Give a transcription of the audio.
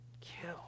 kill